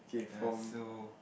ya so